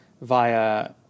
via